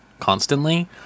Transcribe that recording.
Constantly